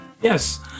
Yes